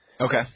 Okay